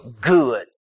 good